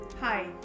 Hi